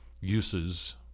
uses